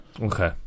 Okay